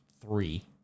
three